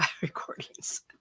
recordings